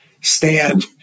stand